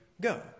go